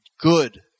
good